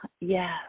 yes